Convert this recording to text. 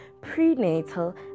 prenatal